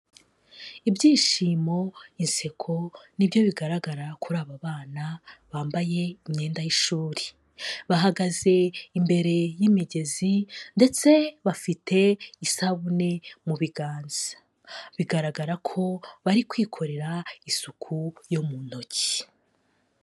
Ibyishimo, inseko ni byo bigaragara kuri aba bana bambaye imyenda y'ishuri, bahagaze imbere y'imigezi ndetse bafite isabune mu biganza, bigaragara ko bari kwikorera isuku yo mu ntoki.